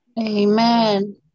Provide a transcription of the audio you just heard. Amen